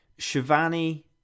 Shivani